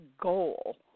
goal